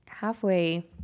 Halfway